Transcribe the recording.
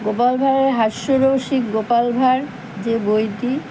গোপাল ভাঁড়ের হাস্য রসিক গোপাল ভাঁড় যে বইটি